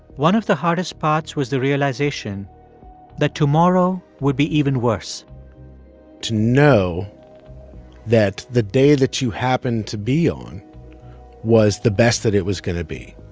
one of the hardest parts was the realization that tomorrow would be even worse to know that the day that you happened to be on was the best that it was going to be,